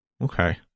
okay